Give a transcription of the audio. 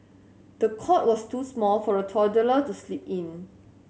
the cot was too small for the toddler to sleep in